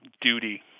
duty